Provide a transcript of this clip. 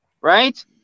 right